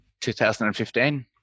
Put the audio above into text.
2015